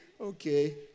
okay